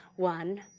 one,